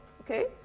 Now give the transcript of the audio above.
okay